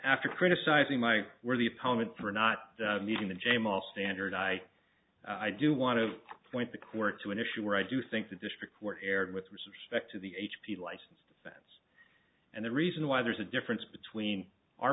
after criticizing my worthy opponent for not meeting the jame all standard i i do want to point the court to an issue where i do think the districts were aired with respect to the h p licensed and the reason why there's a difference between our